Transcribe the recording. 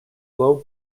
low